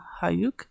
hayuk